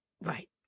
Right